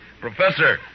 Professor